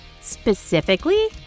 Specifically